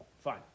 Fine